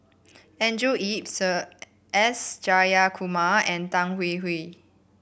Andrew Yip Sir S Jayakumar and Tan Hwee Hwee